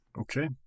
Okay